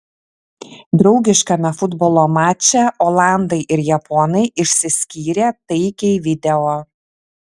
draugiškame futbolo mače olandai ir japonai išsiskyrė taikiai video